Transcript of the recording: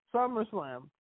SummerSlam